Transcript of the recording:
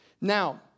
Now